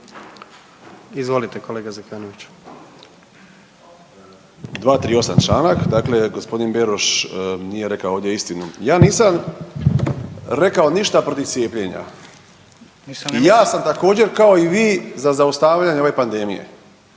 Izvolite kolega Zekanović.